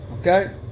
Okay